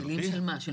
הבדלים של מה, של